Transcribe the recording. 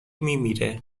میمیره